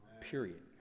period